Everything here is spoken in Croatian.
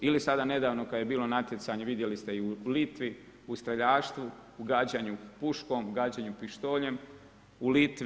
Ili sada nedavno kada je bilo natjecanje vidjeli ste i u Litvi u streljaštvu u gađanju puškom, gađanju pištoljem u Litvi.